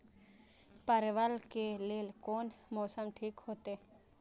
परवल के लेल कोन मौसम ठीक होते?